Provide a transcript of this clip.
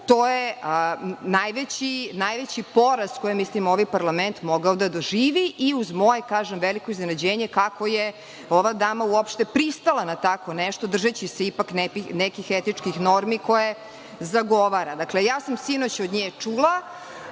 je najveći poraz koji je ovaj parlament mogao da doživi i, kažem, uz moje veliko iznenađenje, kako je ova dama uopšte pristala na tako nešto, držeći se ipak nekih etičkih normi koje zagovara. Sinoć sam od nje čula,